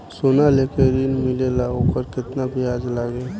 सोना लेके ऋण मिलेला वोकर केतना ब्याज लागी?